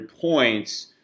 points